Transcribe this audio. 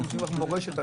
עם המורשת.